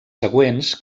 següents